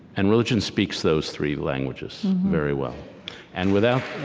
and religion speaks those three languages very well and without